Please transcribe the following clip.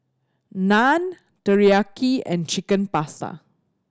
Naan Teriyaki and Chicken Pasta